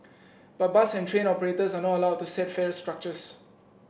but bus and train operators are not allowed to set fare structures